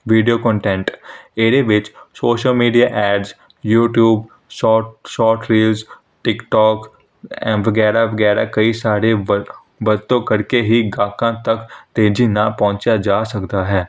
video content ਇਹਦੇ ਵਿੱਚ social media ads YouTube short short reels TikTok ਐਂ ਵਗੈਰਾ ਵਗੈਰਾ ਕਈ ਸਾਰੇ ਵ ਵਰਤੋਂ ਕਰਕੇ ਹੀ ਗਾਹਕਾਂ ਤੱਕ ਤੇਜ਼ੀ ਨਾਲ ਪਹੁੰਚਿਆ ਜਾ ਸਕਦਾ ਹੈ